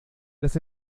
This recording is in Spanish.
las